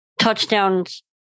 touchdowns